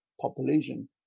population